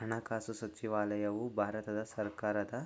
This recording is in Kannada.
ಹಣಕಾಸುಸಚಿವಾಲಯವು ಭಾರತ ಸರ್ಕಾರದ